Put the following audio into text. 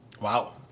Wow